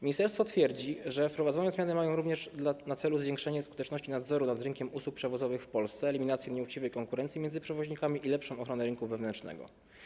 Ministerstwo twierdzi, że wprowadzone zmiany mają również na celu zwiększenie skuteczności nadzoru nad rynkiem usług przewozowych w Polsce, eliminację nieuczciwej konkurencji między przewoźnikami i lepszą ochronę rynku wewnętrznego.